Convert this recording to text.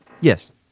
Yes